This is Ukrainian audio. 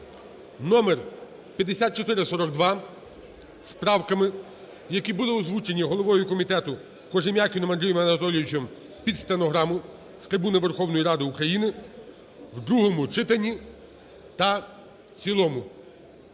(№5442) з правками, які були озвучені головою комітету Кожем'якіним Андрієм Анатолійовичем під стенограму з трибуни Верховної Ради України, в другому читанні та в цілому.